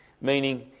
Meaning